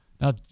Now